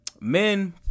men